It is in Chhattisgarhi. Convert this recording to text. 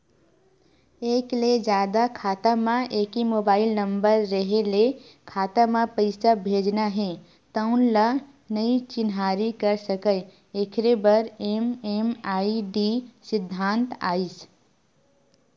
एक ले जादा खाता म एके मोबाइल नंबर रेहे ले खाता म पइसा भेजना हे तउन ल नइ चिन्हारी कर सकय एखरे बर एम.एम.आई.डी सिद्धांत आइस